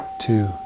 two